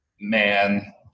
man